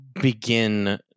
begin